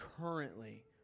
currently